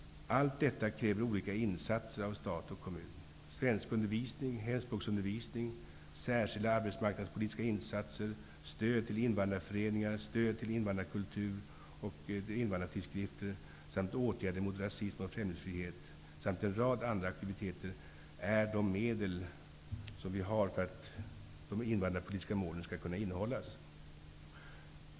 Allt detta kräver olika insatser av stat och kommun. Svenskundervisning, hemspråksundervisning, särskilda arbetsmarknadspolitiska insatser, stöd till invandrarföreningar, stöd till invandrarkultur och tidskrifter samt åtgärder mot rasism och främlingsfientlighet samt en rad andra aktiviteter är de medel som finns för att de invandrarpolitiska målen skall kunna vidmakthållas.